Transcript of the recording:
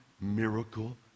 miracle